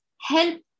help